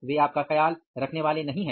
वे आपका ख्याल रखने वाले नहीं हैं